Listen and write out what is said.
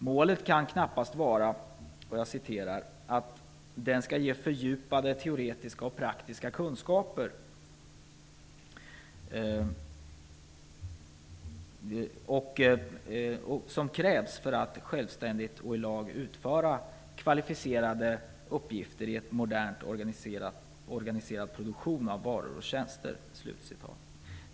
Målet kan knappast vara att ge fördjupade teoretiska och praktiska kunskaper som krävs för att självständigt och i lag utföra kvalificerade uppgifter i "en modernt organiserad produktion av varor och tjänster".